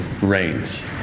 reigns